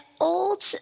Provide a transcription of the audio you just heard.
old